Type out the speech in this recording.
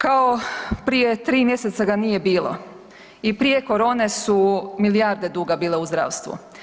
Kao prije 3 mjeseca ga nije bilo i prije korone su milijarde duga bile u zdravstvu.